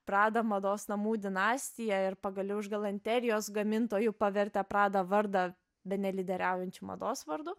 prada mados namų dinastiją ir pagaliau iš galanterijos gamintojų pavertę prada vardą bene lyderiaujančių mados vardų